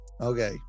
okay